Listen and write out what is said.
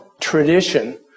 tradition